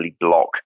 block